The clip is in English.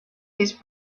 his